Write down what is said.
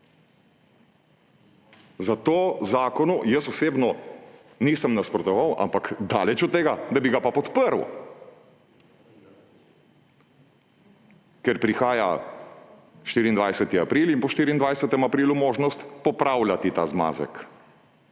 Zato zakonu jaz osebno nisem nasprotoval, ampak daleč od tega, da bi ga pa podprl, ker prihaja 24. april in po 24. aprilu možnost popravljati ta zmazek.